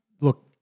Look